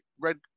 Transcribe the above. red